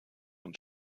uns